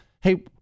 hey